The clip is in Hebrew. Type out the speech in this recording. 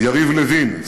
יריב לוין,